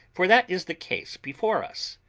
for that is the case before us,